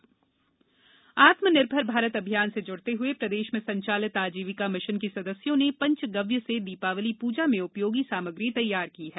पंचगव्य Deepawali gift pack Atmanirbhar Bharat Abhiyan से जुड़ते हुए प्रदेश में संचालित आजीविका मिशन की सदस्यों ने पंचगव्य से दीपावली पूजा में उपयोगी सामग्री तैयार की है